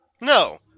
No